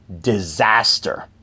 disaster